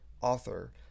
author